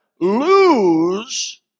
lose